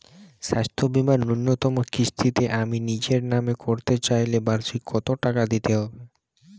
স্বাস্থ্য বীমার ন্যুনতম কিস্তিতে আমি নিজের নামে করতে চাইলে বার্ষিক কত টাকা দিতে হবে?